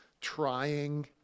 trying